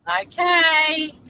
Okay